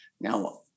now